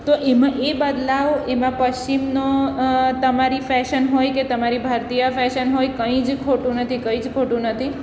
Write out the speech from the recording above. તો એમાં એ બદલાવ એમાં પશ્ચિમનો તમારી ફેશન હોય કે તમારી ભારતીય ફેશન હોય કંઈ જ ખોટું નથી કંઈ જ ખોટું નથી